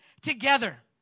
together